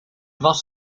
was